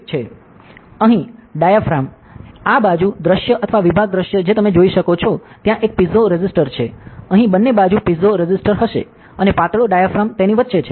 અને અહીં ડાયાફ્રેમ આ બાજુ દૃશ્ય અથવા વિભાગ દૃશ્ય જે તમે જોઈ શકો છો ત્યાં એક પીઝો રેઝિસ્ટર છે અહીં બંને બાજુ પીઝો રેઝિસ્ટર હશે અને પાતળો ડાયાફ્રેમ તેની વચ્ચે છે